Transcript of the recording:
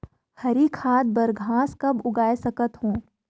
हरी खाद बर घास कब उगाय सकत हो?